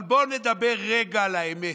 אבל בואו נדבר רגע על האמת,